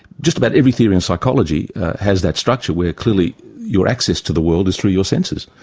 just about every theory in psychology has that structure where clearly your access to the world is through your senses,